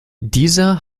dieser